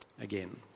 again